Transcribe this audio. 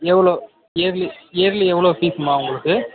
எவ்வளோ yearly yearly எவ்வளோ ஃபீஸ்மா உங்களுக்கு